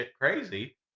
crazy